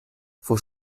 faut